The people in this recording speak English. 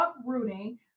uprooting